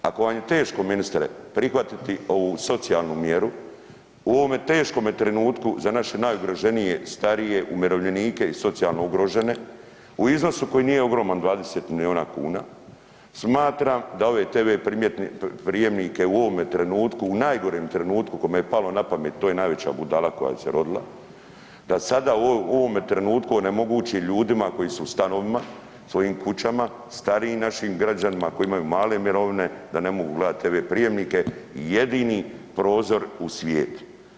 Ako vam je teško ministre prihvatiti ovu socijalnu mjeru u ovome teškome trenutku za naše najugroženije starije, umirovljenike i socijalno ugrožene u iznosu koji nije ogroman 20 milijuna kuna, smatram da ove TV prijemnike u ovome trenutku u najgorem trenutku kome je palo na pamet to je najveća budala koja se rodila, da sada u ovome trenutku onemogući ljudima koji su u stanovima, svojim kućama, starijim našim građanima koji imaju male mirovine da ne mogu gledati TV prijemnike jedini prozor u svijet.